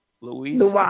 Louise